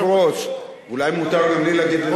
אדוני היושב-ראש, אולי מותר גם לי להגיד משהו.